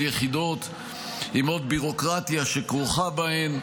יחידות עם עוד ביורוקרטיה שכרוכה בהן,